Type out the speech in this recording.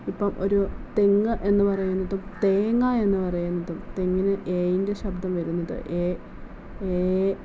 ഇപ്പം ഒരു തെങ്ങ് എന്ന് പറയുന്നതും തേങ്ങാ എന്ന് പറയുന്നതും തെങ്ങിന് എ ൻ്റെ ശബ്ദം വരുന്നത് എ ഏ